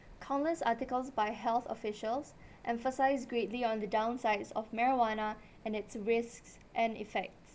countless articles by health officials emphasise greatly on the downsides of marijuana and its risks and effects